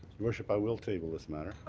your worship, i will table this matter.